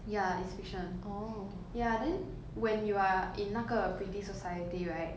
ya it's fiction ya then when you are in 那个 pretty society right